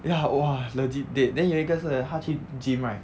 ya !wah! legit dead then 有一个是他去 gym right